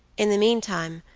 in the meantime,